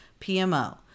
PMO